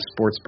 sportsbook